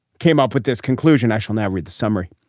came up with this conclusion. i shall now read the summary.